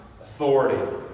authority